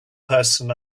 person